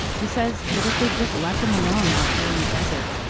he says that if they'd just left him alone out here in the desert,